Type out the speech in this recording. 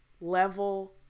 level